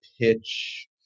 pitch